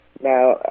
Now